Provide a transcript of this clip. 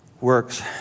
Works